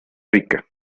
rica